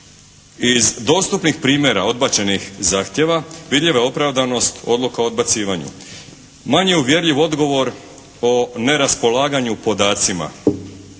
Iz dostupnih primjera odbačenih zahtjeva, vidljiva je opravdanost odluka o odbacivanju. Manje uvjerljiv odgovor o neraspolaganju podacima.